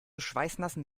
schweißnassen